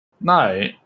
No